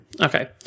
Okay